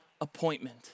appointment